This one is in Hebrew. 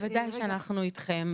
בוודאי שאנחנו אתכם.